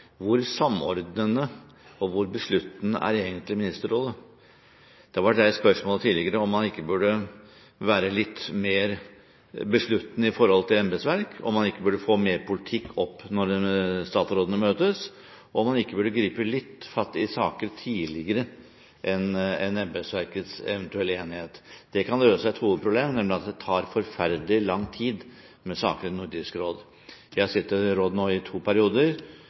Hvor samordnende og hvor besluttende er egentlig Ministerrådet? Det har vært reist spørsmål tidligere om man ikke burde være litt mer besluttende når det gjelder embetsverk, om man ikke burde få mer politikk opp når statsrådene møtes, og om man ikke burde gripe fatt i saker litt tidligere enn embetsverkets eventuelle enighet. Det kan løse et hovedproblem, nemlig at det tar forferdelig lang tid med saker i Nordisk råd. Jeg har sittet i rådet nå i to perioder